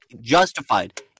justified